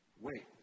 Wait